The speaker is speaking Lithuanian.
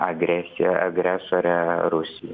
agresiją agresorę rusiją